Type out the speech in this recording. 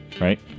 right